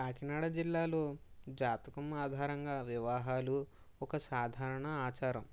కాకినాడ జిల్లాలో జాతకం ఆధారంగా వివాహాలు ఒక సాధారణ ఆచారం